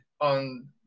on